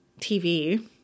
TV